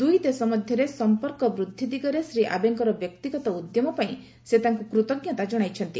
ଦୁଇଦେଶ ମଧ୍ୟରେ ସମ୍ପର୍କ ବୃଦ୍ଧି ଦିଗରେ ଶ୍ରୀ ଆବେଙ୍କର ବ୍ୟକ୍ତିଗତ ଉଦ୍ୟମ ପାଇଁ ସେ ତାଙ୍କୁ କୃତଜ୍ଞତା ଜଣାଇଛନ୍ତି